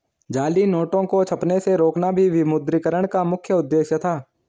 जाली नोटों को छपने से रोकना भी विमुद्रीकरण का मुख्य उद्देश्य था